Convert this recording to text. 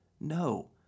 No